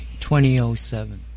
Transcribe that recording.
2007